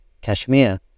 Kashmir